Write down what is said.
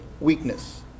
weakness